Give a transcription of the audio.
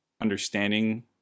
understanding